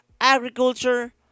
agriculture